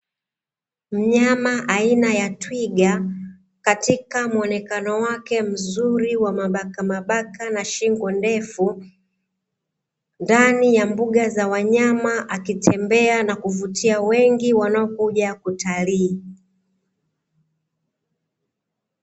Mnyama aina ya twiga katika muonekano wake mzuri wa mabakamabaka na shingo ndefu. Ndani ya mbuga za wanyama akitembea na kuvutia wengi wanaokuja kutalii.